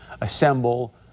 assemble